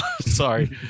sorry